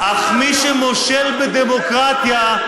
אך מי שמושל בדמוקרטיה,